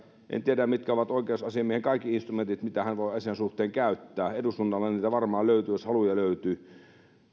en tiedä mitkä ovat oikeusasiamiehen kaikki instrumentit mitä hän voi asian suhteen käyttää eduskunnalla niitä varmaan löytyy jos haluja löytyy